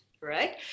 right